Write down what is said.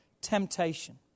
temptation